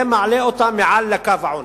זה מעלה אותה מעל לקו העוני.